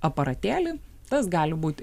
aparatėlį tas gali būti